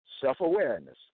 Self-awareness